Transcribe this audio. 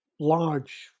large